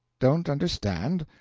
don't understand?